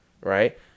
right